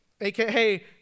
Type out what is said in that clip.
aka